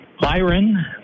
Byron